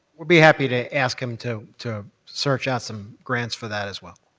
we'll be happy to ask him to to search out some grants for that as well.